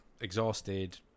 exhausted